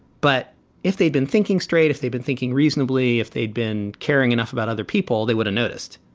but if they'd been thinking straight, if they'd been thinking reasonably, if they'd been caring enough about other people, they would've noticed.